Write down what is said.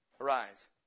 arise